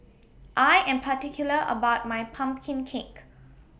I Am particular about My Pumpkin Cake